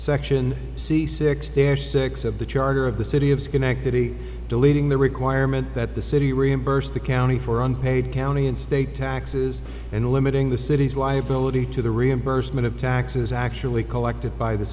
section c six there six of the charter of the city of schenectady deleting the requirement that the city reimburse the county for unpaid county and state taxes and limiting the city's liability to the reimbursement of taxes actually collected by the